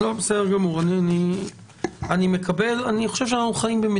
בסדר גמור, אני מקבל את דברייך.